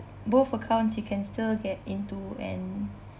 both accounts you can still get into and